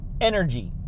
energy